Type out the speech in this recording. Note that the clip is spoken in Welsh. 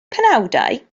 penawdau